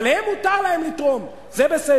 אבל הם, מותר להם לתרום, זה בסדר.